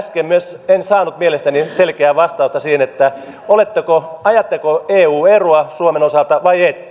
äsken en saanut mielestäni selkeää vastausta siihen ajatteko eu eroa suomen osalta vai ette